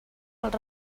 els